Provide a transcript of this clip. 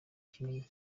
kinini